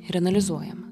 ir analizuojama